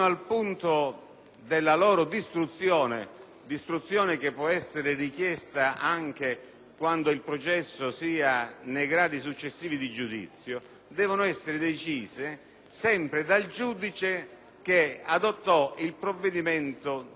distruzione, che può essere richiesta anche quando il processo sia nei gradi successivi di giudizio, deve essere deciso sempre dal giudice che adottò il provvedimento di autorizzazione alle intercettazioni.